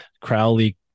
Crowley